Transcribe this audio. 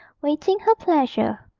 waiting her pleasure.